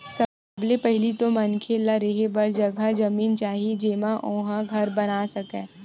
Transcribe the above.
सबले पहिली तो मनखे ल रेहे बर जघा जमीन चाही जेमा ओ ह घर बना सकय